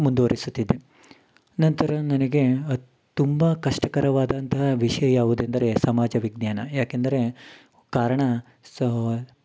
ಮುಂದುವರಿಸುತ್ತಿದ್ದೆ ನಂತರ ನನಗೆ ತುಂಬಾ ಕಷ್ಟಕರವಾದಂತಹ ವಿಷಯ ಯಾವುದೆಂದರೆ ಸಮಾಜ ವಿಜ್ಞಾನ ಯಾಕೆಂದರೆ ಕಾರಣ ಸೋ